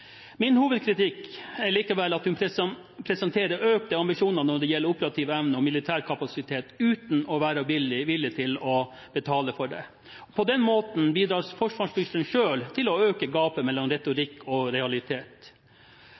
Min hovedkritikk er likevel at hun presenterer økte ambisjoner når det gjelder operativ evne og militær kapasitet, uten å være villig til å betale for det. På den måten bidrar forsvarsministeren selv til å øke gapet mellom retorikk og realitet.